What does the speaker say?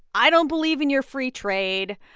i don't believe in your free trade.